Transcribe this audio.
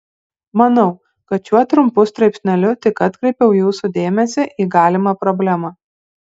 manau kad šiuo trumpu straipsneliu tik atkreipiau jūsų dėmesį į galimą problemą